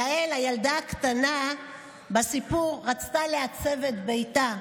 יעל הילדה הקטנה בסיפור רצתה לעצב את ביתה.